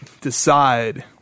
decide